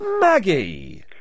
Maggie